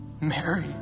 Mary